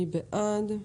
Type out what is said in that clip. מי בעד?